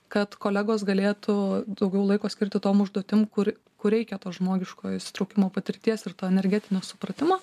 kad kolegos galėtų daugiau laiko skirti tom užduotim kur kur reikia to žmogiško įsitraukimo patirties ir to energetinio supratimo